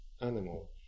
animal